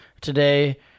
today